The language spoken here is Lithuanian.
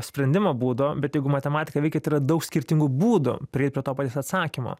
sprendimo būdo bet jeigu matematika veikia daug skirtingų būdų prieit prie to paties atsakymo